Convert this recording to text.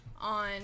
on